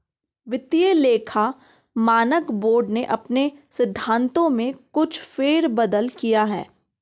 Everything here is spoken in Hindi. वित्तीय लेखा मानक बोर्ड ने अपने सिद्धांतों में कुछ फेर बदल किया है